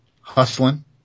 hustling